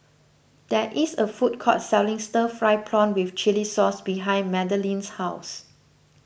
there is a food court selling Stir Fried Prawn with Chili Sauce behind Madeleine's house